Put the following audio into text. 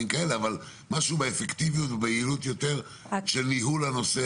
משהו באפקטיביות או ביעילות יותר של ניהול נושא